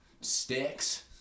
sticks